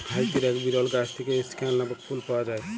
হাইতির এক বিরল গাছ থেক্যে স্কেয়ান লামক ফুল পাওয়া যায়